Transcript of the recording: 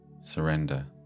surrender